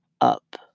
up